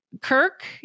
Kirk